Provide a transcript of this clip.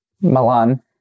Milan